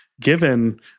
given